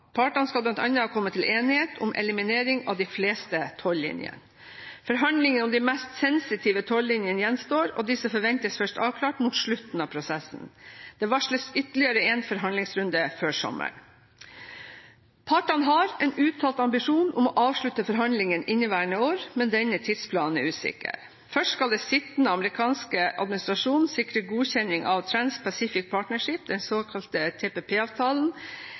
Partene skal bl.a. ha kommet til enighet om eliminering av de fleste av tollinjene. Forhandlingene om de mest sensitive tollinjene gjenstår, og disse forventes avklart først mot slutten av prosessen. Det er varslet ytterligere én forhandlingsrunde før sommeren. Partene har en uttalt ambisjon om å avslutte forhandlingene i inneværende år, men denne tidsplanen er usikker. Først skal den sittende amerikanske administrasjonen sikre godkjenning av Trans-Pacific Partnership – den såkalte